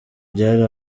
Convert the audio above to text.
byari